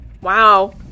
Wow